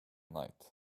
night